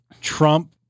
Trump